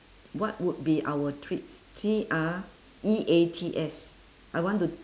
what would be our treats T R E A T S I want to